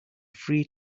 free